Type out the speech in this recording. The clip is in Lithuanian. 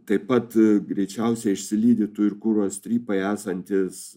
taip pat greičiausiai išsilydytų ir kuro strypai esantys